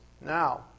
now